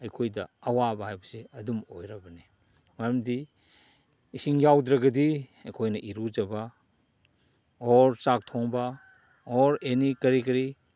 ꯑꯩꯈꯣꯏꯗ ꯑꯋꯥꯕ ꯍꯥꯏꯕꯁꯦ ꯑꯗꯨꯝ ꯑꯣꯏꯔꯕꯅꯤ ꯃꯔꯝꯗꯤ ꯏꯁꯤꯡ ꯌꯥꯎꯗ꯭ꯔꯒꯗꯤ ꯑꯩꯈꯣꯏꯅ ꯏꯔꯨꯖꯕ ꯑꯣꯔ ꯆꯥꯛ ꯊꯣꯡꯕ ꯑꯣꯔ ꯑꯦꯅꯤ ꯀꯔꯤ ꯀꯔꯤ